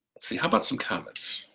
let's see, how about some comments?